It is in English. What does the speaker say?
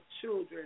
children